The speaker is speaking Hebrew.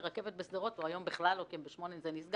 ברכבת בשדרות או היום בכלל לא כי ב-20:00 זה נסגר,